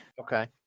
Okay